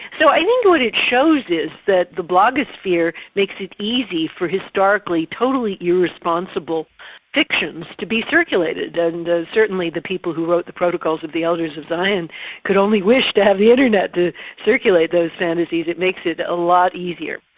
so i think what it shows is that the blogosphere makes it easy for historically totally irresponsible fictions to be circulated. and certainly the people who wrote the protocols of the elders of zion could only wish to have the internet to circulate those fantasies. it makes it a lot easier.